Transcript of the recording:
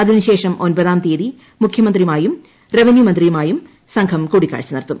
അതിനു ശേഷം ഒൻപതാം തീയതി മുഖ്യമന്ത്രിയുമായും റവന്യൂ മന്ത്രിയുമായും സംഘം കൂടിക്കാഴ്ച നടത്തും